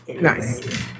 Nice